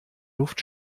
luft